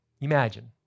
imagine